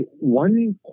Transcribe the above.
one